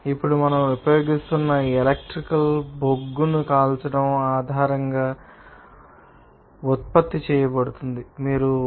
ఇప్పుడు మనం ఉపయోగిస్తున్న ఎలక్ట్రికల్ తు బొగ్గును కాల్చడం ఆధారంగా ఉత్పత్తి చేయబడుతుందని మీరు చూస్తారు